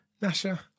Nasha